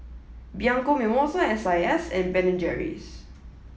Bianco Mimosa S I S and Ben and Jerry's